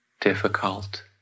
difficult